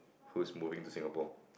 who's moving to Singapore